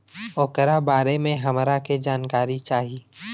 ओकरा बारे मे हमरा के जानकारी चाही?